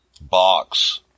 box